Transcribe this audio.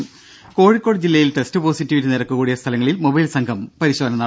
ദേദ കോഴിക്കോട് ജില്ലയിൽ test positivity നിരക്ക് കൂടിയ സ്ഥലങ്ങളിൽ മൊബൈൽ സംഘം പരിശോധന നടത്തും